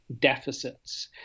deficits